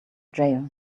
jail